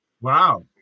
Wow